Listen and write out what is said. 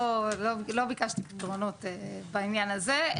לא ביקשתי פתרונות בעניין הזה.